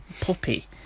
puppy